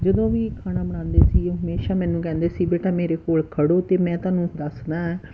ਜਦੋਂ ਵੀ ਖਾਣਾ ਬਣਾਉਂਦੇ ਸੀ ਉਹ ਹਮੇਸ਼ਾਂ ਮੈਨੂੰ ਕਹਿੰਦੇ ਸੀ ਬੇਟਾ ਮੇਰੇ ਕੋਲ ਖੜੋ ਅਤੇ ਮੈਂ ਤੁਹਾਨੂੰ ਦੱਸਦਾਂ